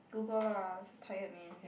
Google lah so tired man